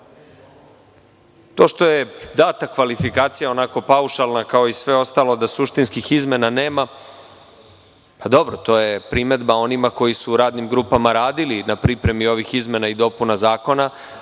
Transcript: što je data kvalifikacija, onako paušalna kao i sve ostalo, da suštinskih izmena nema, dobro, to je primedba onima koji su u radnim grupama radili na pripremi ovih izmena i dopuna zakona.